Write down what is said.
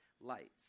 lights